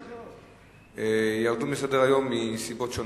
ירדו מסדר-היום מסיבות שונות.